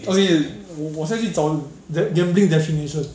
okay 我我现在去找 ga~gambling definition